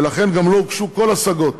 ולכן גם לא הוגשו כל השגות,